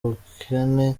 ubukene